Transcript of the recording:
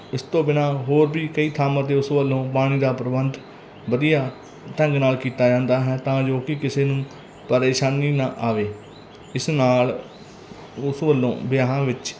ਇਸ ਤੋਂ ਬਿਨਾਂ ਹੋਰ ਵੀ ਕਈ ਥਾਵਾਂ 'ਤੇ ਉਸ ਵੱਲੋਂ ਪਾਣੀ ਦਾ ਪ੍ਰਬੰਧ ਵਧੀਆ ਢੰਗ ਨਾਲ ਕੀਤਾ ਜਾਂਦਾ ਹੈ ਤਾਂ ਜੋ ਕਿ ਕਿਸੇ ਨੂੰ ਪਰੇਸ਼ਾਨੀ ਨਾ ਆਵੇ ਇਸ ਨਾਲ ਉਸ ਵੱਲੋਂ ਵਿਆਹਾਂ ਵਿੱਚ